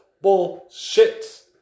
Bullshit